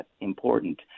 important